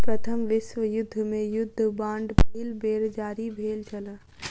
प्रथम विश्व युद्ध मे युद्ध बांड पहिल बेर जारी भेल छल